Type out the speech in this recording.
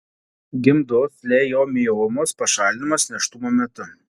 gimdos lejomiomos pašalinamas nėštumo metu